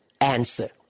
answer